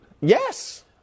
Yes